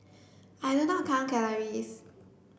I do not count calories